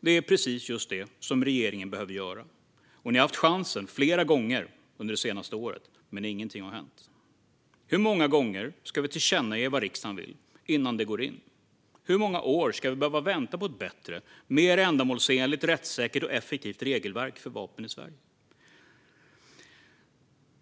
Det är precis det som regeringen behöver göra. Ni har haft chansen flera gånger under det senaste året, men ingenting har hänt. Hur många gånger ska vi tillkännage vad riksdagen vill innan det går in? Hur många år ska vi behöva vänta på ett bättre och mer ändamålsenligt, rättssäkert och effektivt regelverk för vapen i Sverige?